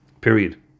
Period